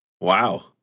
Wow